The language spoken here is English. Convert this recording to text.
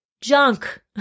junk